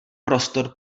prostor